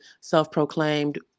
self-proclaimed